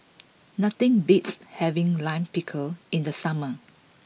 nothing beats having Lime Pickle in the summer